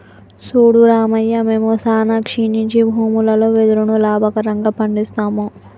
సూడు రామయ్య మేము సానా క్షీణించి భూములలో వెదురును లాభకరంగా పండిస్తాము